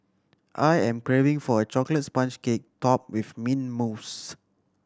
I am craving for a chocolate sponge cake topped with mint mousse